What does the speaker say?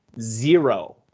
zero